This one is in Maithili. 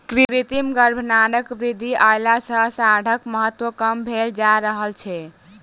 कृत्रिम गर्भाधानक विधि अयला सॅ साँढ़क महत्त्व कम भेल जा रहल छै